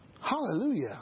Hallelujah